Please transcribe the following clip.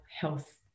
health